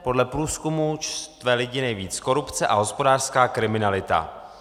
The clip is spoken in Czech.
Podle průzkumu štve lidi nejvíc korupce a hospodářská kriminalita.